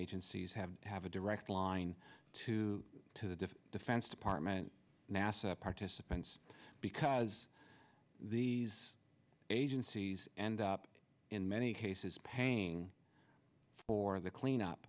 agencies have have a direct line to to the different defense department nasa participants because these agencies end up in many cases paying for the clean up